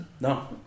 No